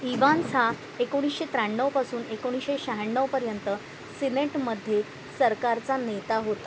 Evans हा एकोणीसशे त्र्याण्णवपासून एकोणीसशे शह्याण्णवपर्यंत सिनेटमध्ये सरकारचा नेता होता